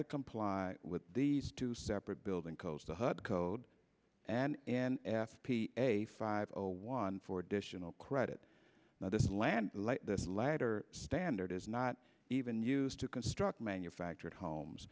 to comply with these two separate building codes the hud code and and f p a five zero one four additional credit now this land this latter standard is not even used to construct manufactured homes